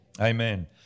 Amen